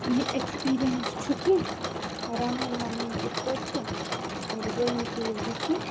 یہِ اٮ۪کٔسپیرینِس چھُ کہِ رَنُن وَنُن کِتھ پٲٹھۍ چھُ اور دوٚیِم چیٖز یہِ کہِ